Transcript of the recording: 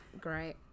great